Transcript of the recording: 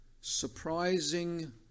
surprising